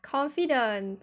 confidence